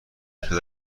پیدا